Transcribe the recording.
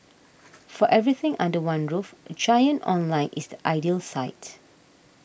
for everything under one roof Giant Online is the ideal site